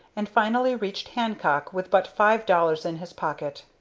and finally reached hancock with but five dollars in his pocket.